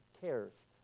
cares